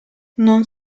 non